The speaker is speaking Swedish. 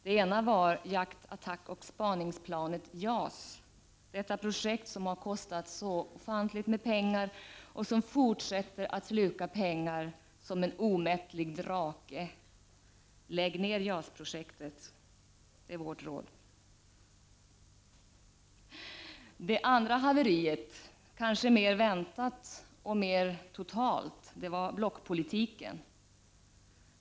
Det ena var jakt-, attackoch spaningsplanet JAS. Detta projekt har kostat ofantligt mycket pengar och fortsätter att sluka pengar som en omättlig drake. Lägg ner JAS projektet! Det är vårt råd. Det andra haveriet, kanske mer väntat och mer totalt, var blockpolitiken.